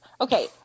Okay